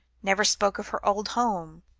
never spoke of her old home?